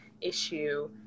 issue